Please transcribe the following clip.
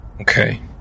Okay